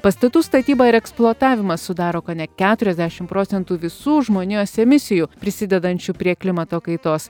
pastatų statyba ir eksploatavimas sudaro kone keturiasdešimt procentų visų žmonijos emisijų prisidedančių prie klimato kaitos